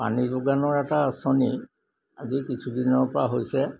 পানী যোগানৰ এটা আঁচনি আজি কিছুদিনৰ পৰা হৈছে